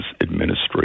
administration